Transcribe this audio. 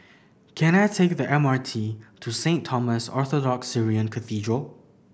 can I take the M R T to Saint Thomas Orthodox Syrian Cathedral